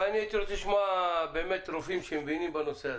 אבל הייתי רוצה לשמוע באמת רופאים שמבינים בנושא הזה.